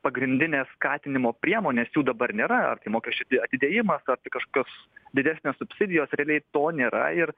pagrindinės skatinimo priemonės jų dabar nėra ar tai mokesčių atidėjimas ar tai kažkokios didesnės subsidijos realiai to nėra ir